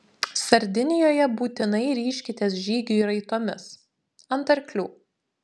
sardinijoje būtinai ryžkitės žygiui raitomis ant arklių